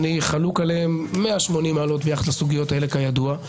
אני חלוק עליהם 180 מעלות ביחס לסוגיות האלה כידוע,